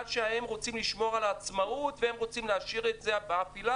שהם רוצים לשמור על העצמאות והם רוצים להשאיר באפילה